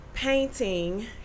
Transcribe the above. Painting